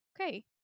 okay